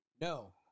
No